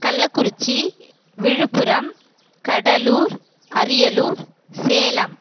Kallakurichi Villupuram Cuddalore Ariyalur Salem